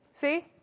See